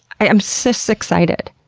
i am so so excited!